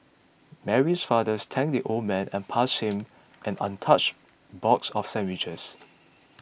Mary's father thanked the old man and passed him an untouched box of sandwiches